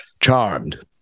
charmed